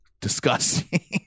disgusting